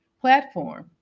platform